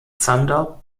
zander